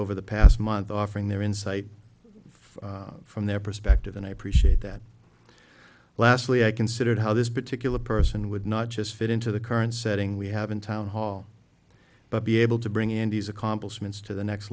over the past month offering their insight for from their perspective and i appreciate that lastly i considered how this particular person would not just fit into the current setting we have in town hall but be able to bring in these accomplishments to the next